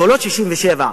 גבולות 67',